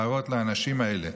כדי להראות לאנשים האלה,